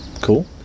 cool